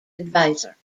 adviser